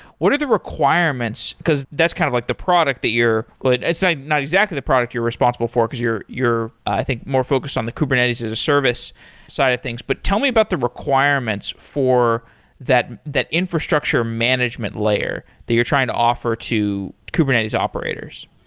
what are the requirements, because that's kind of like the product that you're but it's not exactly the product you're responsible for, because you're you're i think more focused on the kubernetes as a service side of things, but tell me about the requirements for that that infrastructure management layer that you're trying to offer to kubernetes operators?